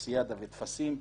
טופסיאדה וטפסים,